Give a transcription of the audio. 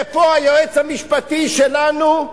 ופה היועץ המשפטי שלנו,